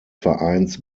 vereins